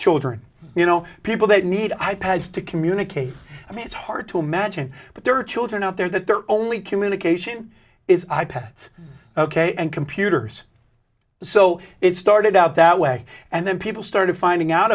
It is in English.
children you know people that need i pads to communicate i mean it's hard to imagine but there are children out there that their only communication is i pads ok and computers so it started out that way and then people started finding out